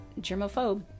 germophobe